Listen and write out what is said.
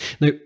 Now